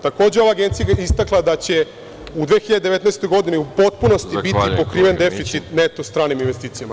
Takođe ova agencija je istakla da će u 2019. godini u potpunosti biti pokriven deficit neto stranim investicijama.